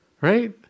right